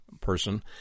person